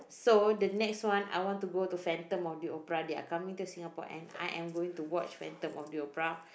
so the next one I want to Phantom-of-the-Opera they are coming to Singapore and I'm going to watch Phantom-of-the-Opera